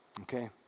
okay